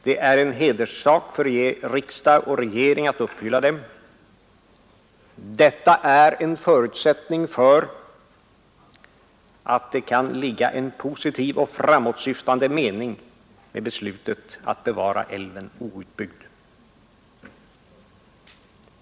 Det är en hederssak för riksdag och regering att uppfylla dem. Detta är en förutsättning för att det kan ligga en positiv och framåtsyftande mening i beslutet att bevara älven outbyggd.